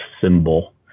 symbol